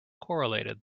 correlated